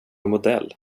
modell